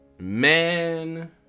Man